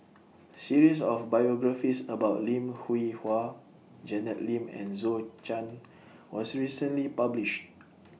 series of biographies about Lim Hwee Hua Janet Lim and Zhou Chan was recently published